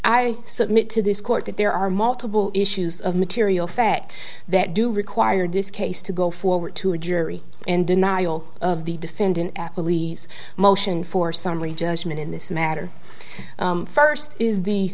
i submit to this court that there are multiple issues of material fact that do require this case to go forward to a jury and denial of the defendant motion for summary judgment in this matter first is the